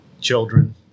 children